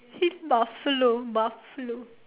he's Buffalo Buffalo